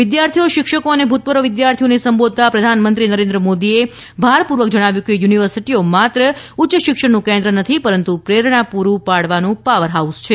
વિદ્યાર્થીઓ શિક્ષકો અને ભૂતપૂર્વ વિદ્યાર્થીઓને સંબોધતા પ્રધાનમંત્રી નરેન્દ્ર મોદીએ ભાર પૂર્વક જણાવ્યું કે યુનિવર્સિટીઓ માત્ર ઉચ્ચ શિક્ષણનું કેન્દ્ર નથી પરંતુ પ્રેરણા પૂરી પાડવાનું પાવર હાઉસ છે